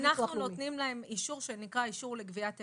אנחנו נותנים להם אישור שנקרא אישור לגביית הפרשים.